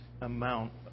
amount